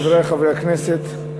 חברי חברי הכנסת,